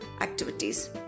activities